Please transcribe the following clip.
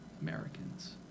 Americans